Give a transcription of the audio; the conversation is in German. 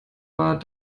war